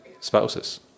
spouses